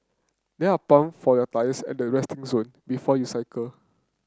there are pump for your tyres at the resting zone before you cycle